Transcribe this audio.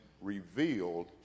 revealed